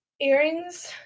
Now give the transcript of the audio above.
Earrings